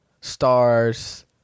stars